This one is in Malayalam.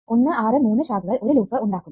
1 6 3 ശാഖകൾ ഒരു ലൂപ്പ് ഉണ്ടാക്കും